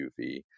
UV